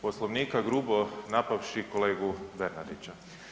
Poslovnika grubo napavši kolegu Bernardića.